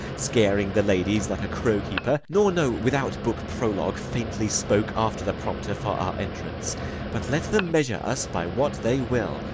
scaring the ladies like a crow-keeper nor no without-book prologue, faintly spoke after the prompter, for our entrance but, let them measure us by what they will,